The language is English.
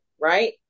right